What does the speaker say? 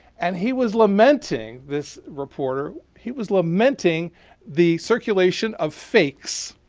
and he was lamenting, this reporter, he was lamenting the circulation of fakes,